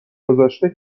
گذاشته